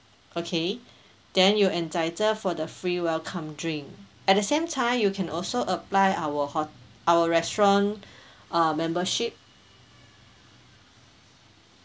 okay then you entitle for the free welcome drink at the same time you can also apply our hot~ our restaurant uh membership